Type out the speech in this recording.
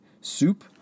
soup